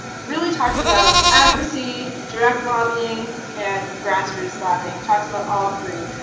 really talks about advocacy, direct lobbying, and grassroots lobbying. talks about all three.